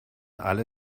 alle